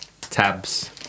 tabs